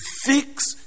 fix